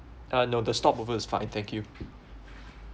uh no the stopover is fine thank you